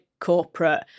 corporate